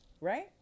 right